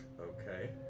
Okay